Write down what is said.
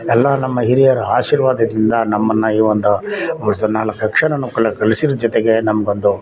ಎಲ್ಲ ನಮ್ಮ ಹಿರಿಯರ ಆಶೀರ್ವಾದದಿಂದ ನಮ್ಮನ್ನು ಈ ಒಂದು ಈ ನಾಲ್ಕು ಅಕ್ಷರ ನಾವು ಕಲ ಕಲಿಸಿರೋ ಜೊತೆಗೆ ನಮ್ಗೆ ಒಂದು